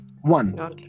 one